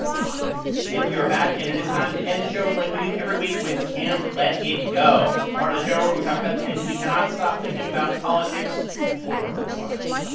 but and we are back. and it is time to end the show, like we do every week, with can't let it go, the part of the show where we talk about the things we cannot stop thinking about, politics or otherwise.